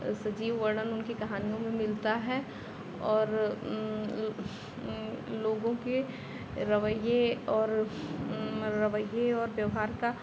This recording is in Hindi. सजीव वर्णन उनकी कहानियों में मिलता है और लोगों के रवैये और रवैये और ब्यवहार का